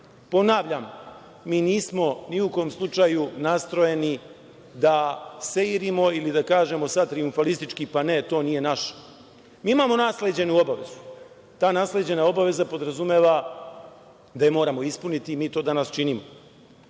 Ponavljam, mi nismo ni u kom slučaju nastrojeni da seirimo ili da kažemo sada trijumfalistički – ne, to nije naš. Imamo nasleđenu obavezu, ta nasleđena obaveza podrazumeva da je moramo ispuniti i mi to danas činimo. Drugo,